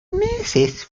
meses